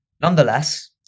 Nonetheless